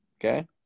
Okay